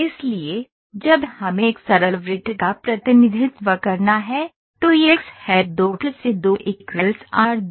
इसलिए जब हमें एक सरल वृत्त का प्रतिनिधित्व करना है तो यह x है2 य2 आर2